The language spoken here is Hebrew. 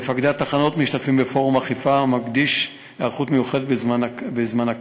מפקדי התחנות משתתפים בפורום אכיפה המקדיש היערכות מיוחדת בקיץ.